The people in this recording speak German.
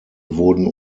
wurden